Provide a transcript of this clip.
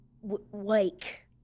wake